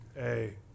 Hey